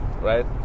right